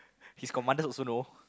she's commander also know